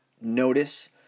notice